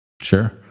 Sure